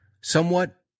somewhat